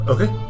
Okay